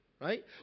right